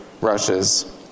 rushes